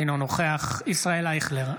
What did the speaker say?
אינו נוכח ישראל אייכלר,